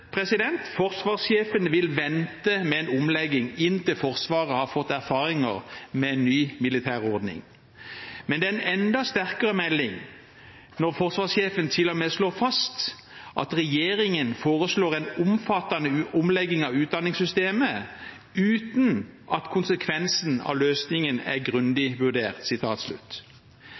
Forsvarssjefen vil vente med en omlegging inntil Forsvaret har fått erfaringer med ny militær ordning. Men det er en enda sterkere melding når forsvarssjefen til og med slår fast at regjeringen foreslår en omfattende omlegging av utdanningssystemet «uten at konsekvensen av løsningen er grundig vurdert».